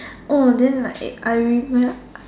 oh then like I